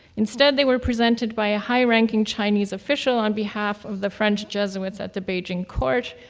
instead, they were presented by a high-ranking chinese official on behalf of the french jesuits at the beijing court,